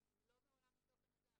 אנחנו לא מעולם התוכן הזה,